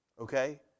Okay